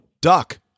Duck